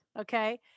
Okay